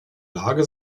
lage